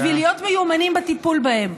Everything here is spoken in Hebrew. בשביל להיות מיומנים בטיפול בהם.